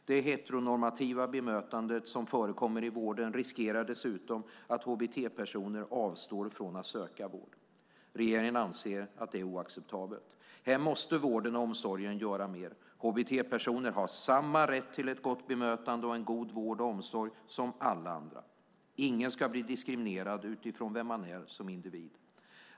Det heteronormativa bemötandet som förekommer i vården riskerar dessutom att leda till att hbt-personer avstår från att söka vård. Regeringen anser att det är oacceptabelt. Här måste vården och omsorgen göra mer. Hbt-personer har samma rätt till ett gott bemötande och en god vård och omsorg som alla andra. Ingen ska bli diskriminerad utifrån vem man är som individ.